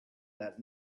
that